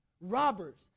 robbers